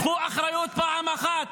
קחו אחריות פעם אחת.